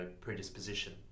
predisposition